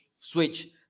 switch